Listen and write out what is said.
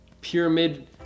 pyramid